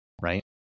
right